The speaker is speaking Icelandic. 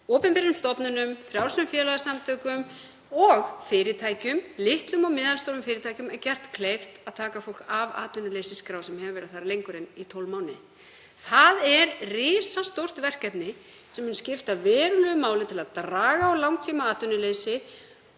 opinberum stofnunum, frjálsum félagasamtökum og fyrirtækjum, litlum og meðalstórum fyrirtækjum, er gert kleift að taka fólk af atvinnuleysisskrá sem hefur verið þar lengur en í 12 mánuði. Það er risastórt verkefni sem mun skipta verulegu máli til að draga úr langtímaatvinnuleysi,